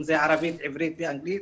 אם זה ערבית עברית או אנגלית,